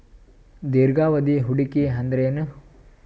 ದೀರ್ಘಾವಧಿ ಹೂಡಿಕೆ ಅಂದ್ರ ಏನು?